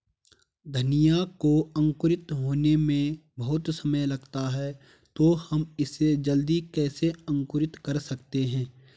धनिया को अंकुरित होने में बहुत समय लगता है तो हम इसे जल्दी कैसे अंकुरित कर सकते हैं?